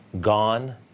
gone